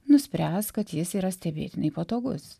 nuspręs kad jis yra stebėtinai patogus